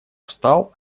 встал